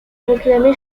proclamé